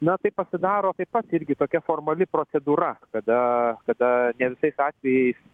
na tai pasidaro taip pat irgi tokia formali procedūra kada kada ne visais atvejais